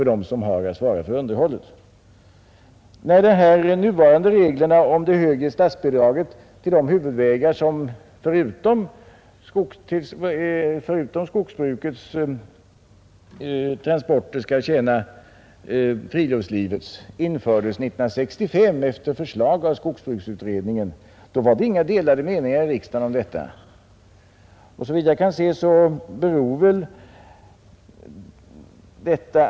De nuvarande reglerna om högre statsbidrag till huvudvägar som förutom skogsbrukets transporter även skall tjäna friluftslivets infördes 1965 efter förslag av skogsbruksutredningen. Då rådde det inga delade meningar i riksdagen om detta.